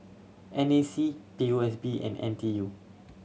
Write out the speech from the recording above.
N A C P O S B and N T U